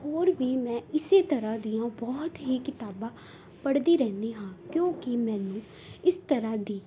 ਹੋਰ ਵੀ ਮੈਂ ਇਸ ਤਰ੍ਹਾਂ ਦੀਆਂ ਬਹੁਤ ਹੀ ਕਿਤਾਬਾਂ ਪੜ੍ਹਦੀ ਰਹਿੰਦੀ ਹਾਂ ਕਿਉਂਕਿ ਮੈਨੂੰ ਇਸ ਤਰ੍ਹਾਂ ਦੀ